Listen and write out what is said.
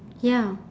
ya